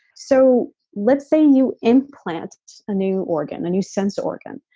so let's say you implant a new organ, a new sense organ,